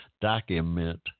document